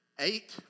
Eight